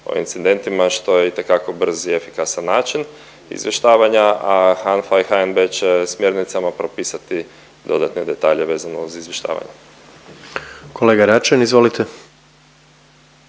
o incidentima, što je itekako brz i efikasan način izvještavanja, a HANFA i HNB će smjernicama propisati dodatne detalje vezano uz izvještavanje. **Jandroković,